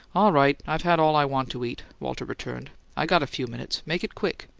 all right i've had all i want to eat, walter returned. i got a few minutes. make it quick.